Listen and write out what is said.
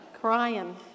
Crying